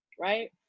right